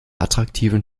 attraktiven